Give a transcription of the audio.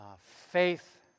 faith